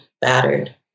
battered